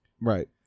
Right